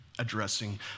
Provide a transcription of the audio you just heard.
Addressing